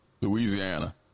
Louisiana